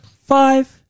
Five